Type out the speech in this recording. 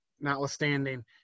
notwithstanding